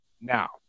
Now